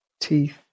teeth